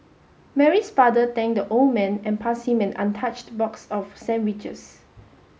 Mary's father thanked the old man and passed him an untouched box of sandwiches